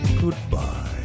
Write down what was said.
Goodbye